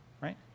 right